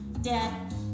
Dad